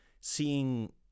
seeing